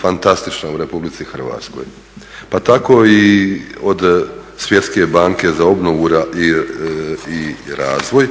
fantastična u Republici Hrvatskoj, pa tako i od Međunarodne banke za obnovu i razvoj